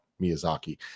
miyazaki